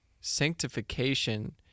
sanctification